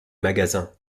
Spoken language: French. magasins